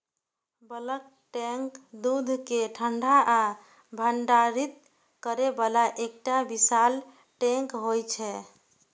bulk tank दूध कें ठंडा आ भंडारित करै बला एकटा विशाल टैंक होइ छै